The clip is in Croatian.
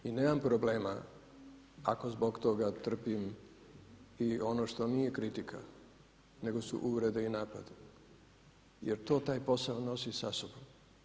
I nemam problema ako zbog toga trpim i ono što nije kritika nego su uvrede i napadi jer to taj posao nosi sa sobom.